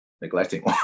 neglecting